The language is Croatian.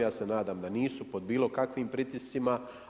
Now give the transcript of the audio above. Ja se nadam da nisu pod bilo kakvim pritiscima.